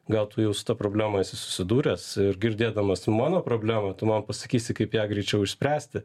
gal tu jau su ta problema esi susidūręs ir girdėdamas mano problemą tu man pasakysi kaip ją greičiau išspręsti